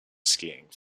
skiing